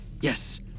Yes